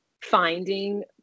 finding